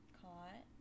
caught